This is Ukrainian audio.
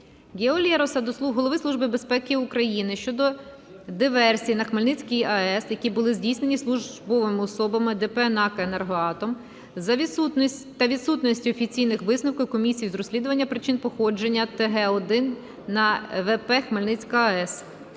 Гео Лероса до Голови Служби безпеки України щодо диверсій на Хмельницькій АЕС, які були здійснені службовими особами ДП "НАЕК "Енергоатом", та відсутності офіційних висновків Комісії з розслідування причин пошкодження ТГ-1 на ВП "Хмельницька АЕС".